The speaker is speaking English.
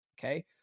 Okay